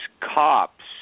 cops